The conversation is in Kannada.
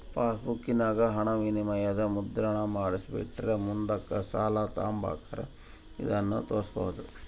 ಪಾಸ್ಬುಕ್ಕಿನಾಗ ಹಣವಿನಿಮಯದ ಮುದ್ರಣಾನ ಮಾಡಿಸಿಟ್ರ ಮುಂದುಕ್ ಸಾಲ ತಾಂಬಕಾರ ಇದನ್ನು ತೋರ್ಸ್ಬೋದು